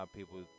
people